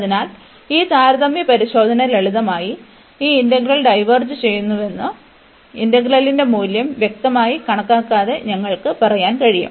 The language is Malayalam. അതിനാൽ ഈ താരതമ്യ പരിശോധന ലളിതമായി ഈ ഇന്റഗ്രൽ ഡൈവേർജ് ചെയ്യുന്നുവെന്നു ഇന്റഗ്രലിന്റെ മൂല്യം വ്യക്തമായി കണക്കാക്കാതെ ഞങ്ങൾക്ക് പറയാൻ കഴിയും